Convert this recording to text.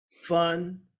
fun